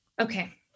Okay